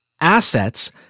assets